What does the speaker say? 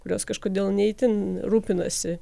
kurios kažkodėl ne itin rūpinasi